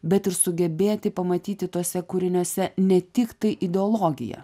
bet ir sugebėti pamatyti tuose kūriniuose ne tik tai ideologiją